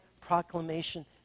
proclamation